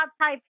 type